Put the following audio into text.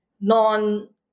non